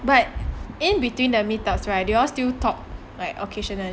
but in between the meet ups right do you all still talk like occasionally